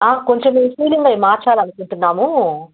కొంచెము సీలింగ్ అవి మార్చాలి అనుకుంటున్నాము